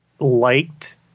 Liked